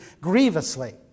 grievously